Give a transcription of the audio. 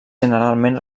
generalment